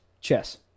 Chess